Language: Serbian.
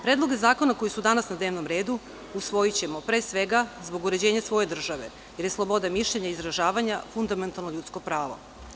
Predloge zakona koji su danas na dnevnom redu usvojićemo pre svega zbog uređenja svoje države, jer je sloboda mišljenja i izražavanja fundamentalno ljudsko pravo.